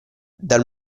dal